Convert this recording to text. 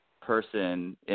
person